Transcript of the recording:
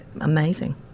Amazing